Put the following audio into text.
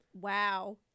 Wow